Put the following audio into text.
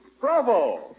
Bravo